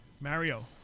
Mario